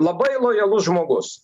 labai lojalus žmogus